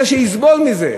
הוא זה שיסבול מזה.